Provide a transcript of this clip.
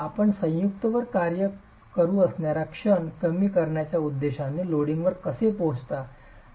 आपण संयुक्तवर कार्य करू शकणारा क्षण कमी करण्याच्या उद्देशाने लोडिंगवर कसे पोहोचता